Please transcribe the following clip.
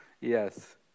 yes